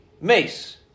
Mace